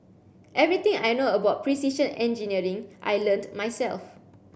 everything I know about precision engineering I learnt myself